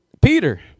Peter